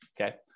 okay